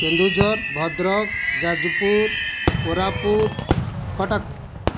Keonjhar Bhadrak Jajpur Koraput Cuttack